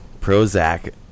Prozac